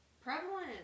prevalent